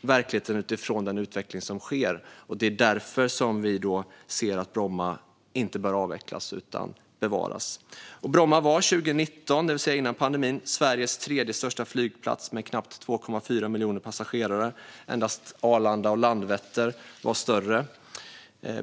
verkligheten utifrån den utveckling som sker. Det är därför vi ser att Bromma bör bevaras och inte avvecklas. Bromma var 2019, före pandemin, Sveriges tredje största flygplats med knappt 2,4 miljoner passagerare. Endast Arlanda och Landvetter var större.